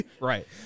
Right